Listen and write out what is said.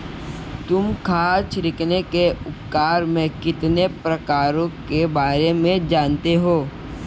तुम खाद छिड़कने के उपकरण के कितने प्रकारों के बारे में जानते हो?